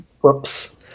Whoops